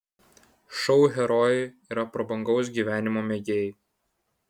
šou herojai yra prabangaus gyvenimo mėgėjai